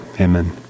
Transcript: Amen